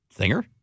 Singer